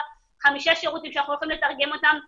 חמישה שירותים שאנחנו הולכים לתרגם אותם לערבית,